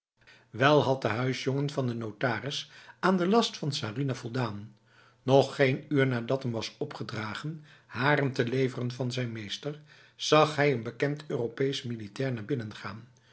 wel had de huisjongen van de notaris aan de last van sarinah voldaan nog geen uur nadat hem was opgedragen haren te leveren van zijn meester zag hij een bekend europees militair naar binnen